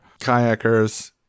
kayakers